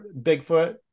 bigfoot